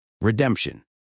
redemption